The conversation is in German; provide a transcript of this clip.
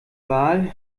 wahl